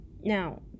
Now